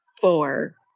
four